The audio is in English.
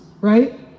Right